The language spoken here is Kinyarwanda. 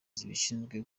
zibishinzwe